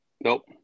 nope